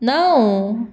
णव